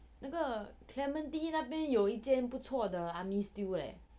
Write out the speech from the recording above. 那个那边有一个不错的 army stew leh